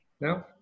no